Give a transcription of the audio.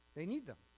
they need them.